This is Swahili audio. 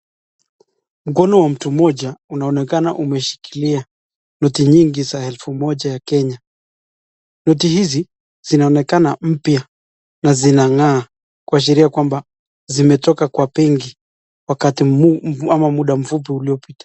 Mkono wa mtu mmoja unaonekana umeshikilia noti nyingi ya elfu moja ya Kenya, noti hizi zinaonekana mpya na zinang'aa kuashiria kwamba zimetoka kwa benki, muda mfupi uliopita.